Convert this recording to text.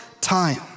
time